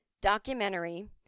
documentary